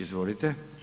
Izvolite.